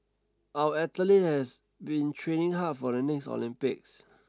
our athlete has been training hard for the next Olympics